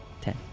Ten